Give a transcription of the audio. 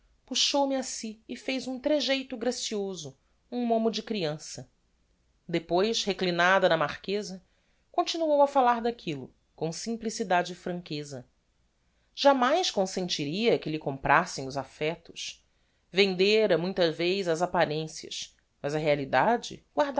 puxou me a si e fez um tregeito gracioso um momo de criança depois reclinada na marqueza continuou a fallar daquillo com simplicidade e franqueza jámais consentiria que lhe comprassem os affectos vendera muita vez as apparencias mas a realidade